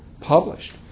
published